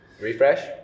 refresh